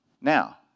Now